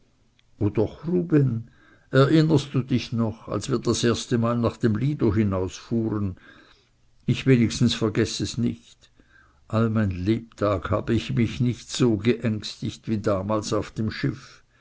entsinnst du dich noch als wir das erstemal nach dem lido hinausfuhren ich wenigstens vergeß es nicht all mein lebtag hab ich mich nicht so geängstigt wie damals auf dem schiff